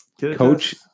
Coach